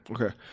Okay